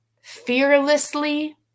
fearlessly